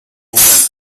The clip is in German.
als